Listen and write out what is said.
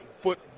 foot